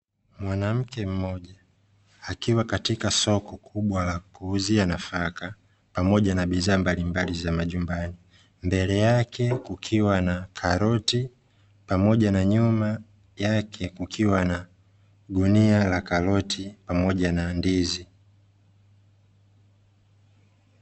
Mwanamke mmoja akiwa katika soko kubwa la kuuzia nafaka pamoja na bidhaa mbalimbali za majumbani. Mbele yake kukiwa na karoti pamoja na nyuma yake kukiwa na gunia la karoti pamoja na ndizi.